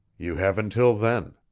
you have until then.